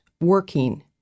working